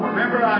Remember